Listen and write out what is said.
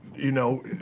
you know,